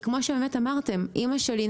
אימא שלי,